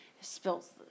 spills